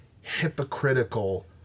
hypocritical